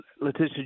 Letitia